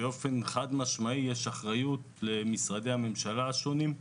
באופן חד-משמעי יש אחריות בחוק למשרדי הממשלה השונים.